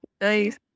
Nice